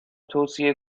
توصیه